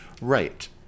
Right